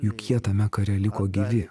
juk jie tame kare liko gyvi